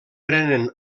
prenen